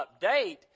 update